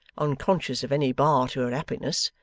unconscious of any bar to her happiness,